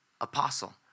apostle